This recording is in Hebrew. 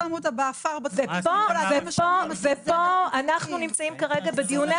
שמו אותה באפר --- ופה אנחנו נמצאים כרגע בדיוני